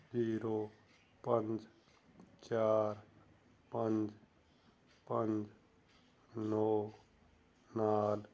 zero ਪੰਜ ਚਾਰ ਪੰਜ ਪੰਜ ਨੌਂ ਨਾਲ